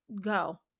Go